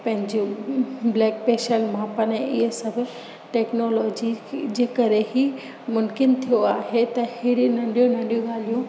पंहिंजो ब्लडपेशर मापण इहे सभु व टेक्नोलोजी जे करे ई मुमकिन थियो आहे त अहिड़े नंढियूं नंढियूं ॻालियूं